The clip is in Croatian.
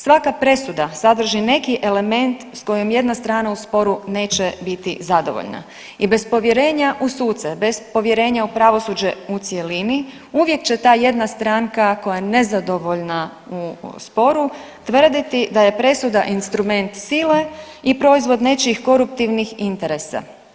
Svaka presuda sadrži neki element s kojim jedna strana u sporu neće biti zadovoljna i bez povjerenja u suce, bez povjerenja u pravosuđe u cjelini, uvijek će ta jedna stranka koja je nezadovoljna u sporu tvrditi da je presuda instrument sile i proizvod nečijih koruptivnih interesa.